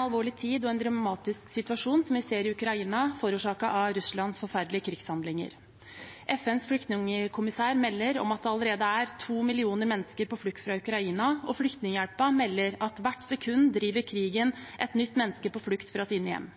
alvorlig tid og en dramatisk situasjon vi ser i Ukraina, forårsaket av Russlands forferdelige krigshandlinger. FNs høykommissær for flyktninger melder om at det allerede er to millioner mennesker på flukt fra Ukraina, og Flyktninghjelpen melder at hvert sekund driver krigen et nytt menneske på flukt fra sitt hjem.